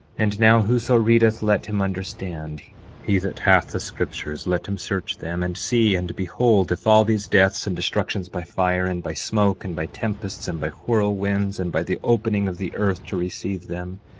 and now, whoso readeth, let him understand he that hath the scriptures, let him search them, and see and behold if all these deaths and destructions by fire, and by smoke, and by tempests, and by whirlwinds, and by the opening of the earth to receive them,